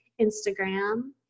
Instagram